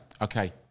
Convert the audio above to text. Okay